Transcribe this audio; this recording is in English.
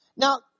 Now